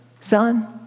son